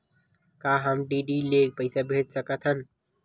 का हम डी.डी ले पईसा भेज सकत हन?